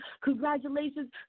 Congratulations